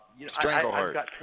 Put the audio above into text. Strangleheart